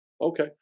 Okay